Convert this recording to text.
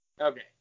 Okay